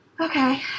Okay